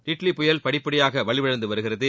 டிட்லி புயல் படிப்படியாக வலுவிழந்து வருகிறது